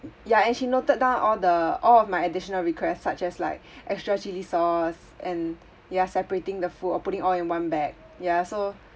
ya and she noted down all the all of my additional requests such as like extra chilli sauce and ya separating the food or putting all in one bag ya so